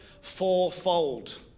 fourfold